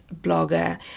Blogger